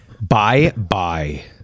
Bye-bye